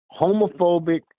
homophobic